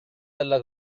della